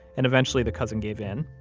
and eventually the cousin gave in.